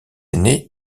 aîné